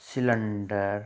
cylinder